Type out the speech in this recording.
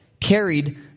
carried